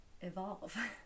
evolve